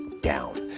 down